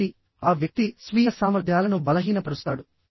కాబట్టి ఆ వ్యక్తి స్వీయ సామర్థ్యాలను బలహీనపరుస్తాడు